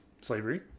slavery